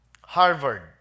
Harvard